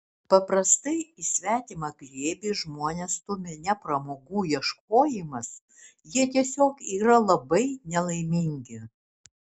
paprastai į svetimą glėbį žmones stumia ne pramogų ieškojimas jie tiesiog yra labai nelaimingi